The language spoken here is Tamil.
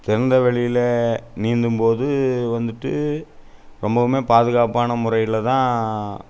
திறந்த வெளியில் நீந்தும் போது வந்துட்டு ரொம்பவும் பாதுகாப்பான முறையில் தான்